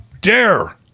dare